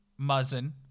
Muzzin